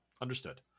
Understood